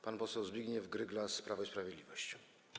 Pan poseł Zbigniew Gryglas, Prawo i Sprawiedliwość.